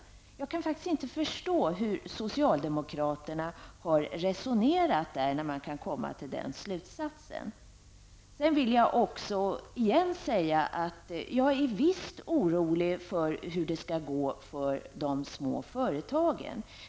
Jag kan faktiskt inte förstå hur socialdemokraterna har resonerat för att komma till denna slutsats. Jag vill åter säga att jag visst är orolig för hur det skall gå för de små företagen.